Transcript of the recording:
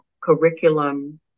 curriculum